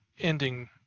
ending